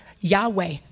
Yahweh